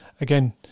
again